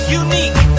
unique